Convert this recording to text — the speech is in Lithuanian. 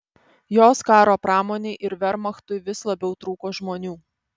jos karo pramonei ir vermachtui vis labiau trūko žmonių